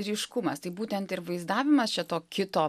ryškumas tai būtent ir vaizdavimas čia to kito